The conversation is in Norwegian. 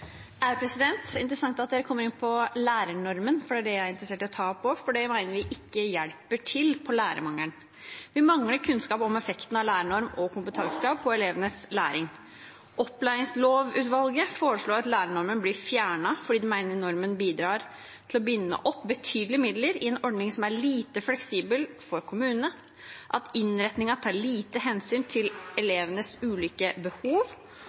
interessant at dere kom inn på lærernormen, for det er den jeg er interessert i å ta opp også. Vi mener at den ikke hjelper på lærermangelen. Vi mangler kunnskap om effekten av lærernorm og kompetansekrav for elevenes læring. Opplæringslovutvalget har foreslått at lærernormen blir fjernet, fordi de mener at normen bidrar til å binde opp betydelige midler i en ordning som er lite fleksibel for kommunene, at innretningen tar lite hensyn til elevenes ulike behov,